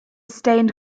stained